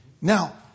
Now